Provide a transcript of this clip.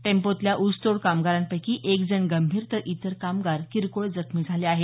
टॅम्पोतल्या ऊसतोड कामगारांपैकी एक जण गंभीर तर इतर कामगार किरकोळ जखमी झाले आहेत